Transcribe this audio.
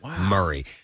Murray